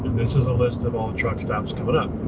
this is a list of all the truck stops coming up.